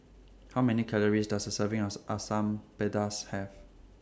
How Many Calories Does A Serving US Asam Pedas Have